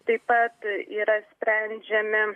taip pat yra sprendžiami